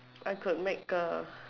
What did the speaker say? I could make A